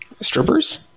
strippers